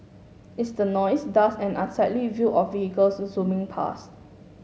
it's the noise dust and unsightly view of vehicles zooming past